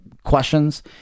questions